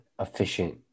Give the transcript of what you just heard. efficient